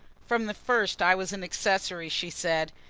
from the first i was an accessory, she said.